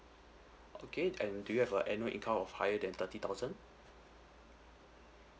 okay and do you have a annual income of higher than thirty thousand